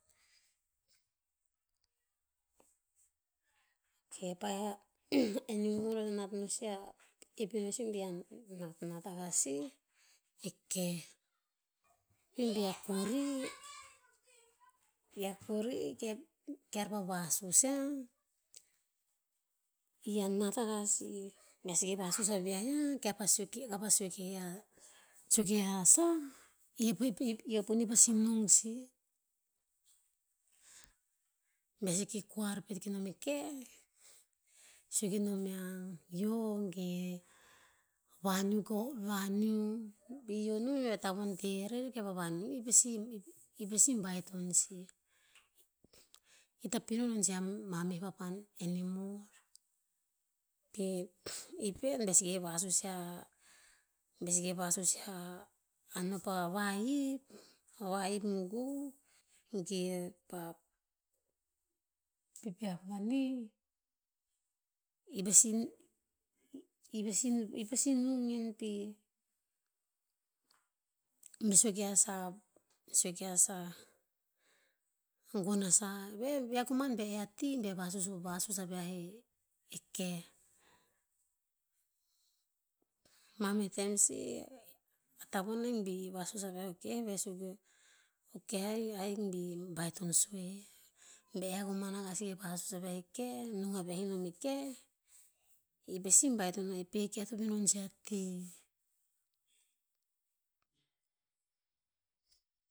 ok, pa'eh a animal eo to nat ho sih a, ep ino sih bi a natnat akah sih, e keh. I bi a kori, bi a kori, ke, kear pa vasus yiah, i a nat akah sih. Bea seka vasus aviah yiah, kear pa sue, kapa sue ke yia, sue ke yia sah, i a ponih pasi nung sih. Be seke koar pet kenom e keh, sue kenom yia yio ege, vaniu ko, vaniu. Bi yio non veh a tavon rer ke pa vaniu i pasi, i pasi baiton sih. I hikta pino anon sih ama meh papan enamor. Pe, i pet be seke vasus yia, be seke vasus yia a no pa vahip. A vahip gu ge pa pepeah mani, i pasi- ipasi- ipasi nung en pi. Be sue ke yia sah, sue ka yiah sah, a gon asah, veh, ve koman be e a ti be vasus- vasus aviah e ekoh. Ma meh tom sih, a tavon ahik bi i vasus eviah o koh ve suk o, o koh ahi- ahik bi baiton sue. Be e koman akah seke vasus e keh nung aviah enom e keh. I pasi baiton oah re keh to pino nom sih a ti